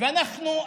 אנחנו,